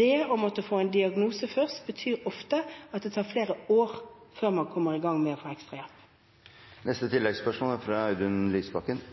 Det å måtte få en diagnose først betyr ofte at det tar flere år før man kommer i gang med